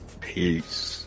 peace